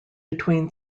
between